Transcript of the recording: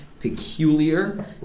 peculiar